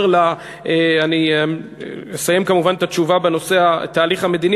אני אסיים כמובן את התשובה בנושא התהליך המדיני,